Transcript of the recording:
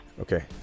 Okay